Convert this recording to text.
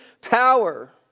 power